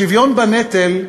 השוויון בנטל,